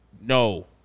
no